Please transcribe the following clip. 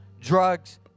drugs